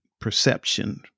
perception